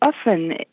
often